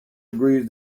agrees